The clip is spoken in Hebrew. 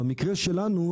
במקרה שלנו,